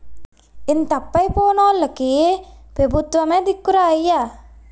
ఇంత అప్పయి పోనోల్లకి పెబుత్వమే దిక్కురా అయ్యా